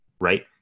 Right